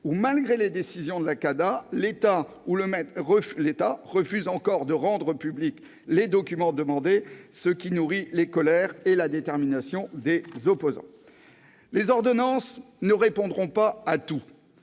où, malgré les décisions de la CADA, l'État refuse encore de rendre publics les documents demandés, ce qui nourrit les colères et la détermination des opposants. Les ordonnances ne répondront pas à tout,